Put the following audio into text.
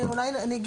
אני אולי אגיד,